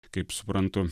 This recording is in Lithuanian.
kaip suprantu